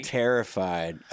terrified